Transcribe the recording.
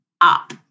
up